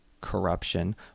corruption